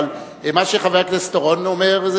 אבל מה שחבר הכנסת אורון אומר,